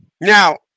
Now